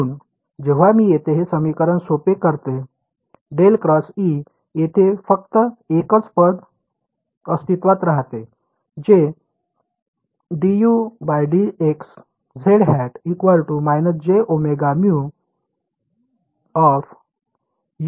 म्हणून जेव्हा मी येथे हे समीकरण सोपे करते ∇× E तेथे फक्त एकच पद अस्तित्त्वात राहते जे zˆ − jωμU ηzˆ आहे